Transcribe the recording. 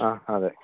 ആഹ് അതെ